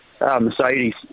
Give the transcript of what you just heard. Mercedes